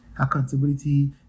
Accountability